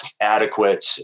adequate